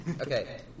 Okay